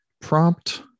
prompt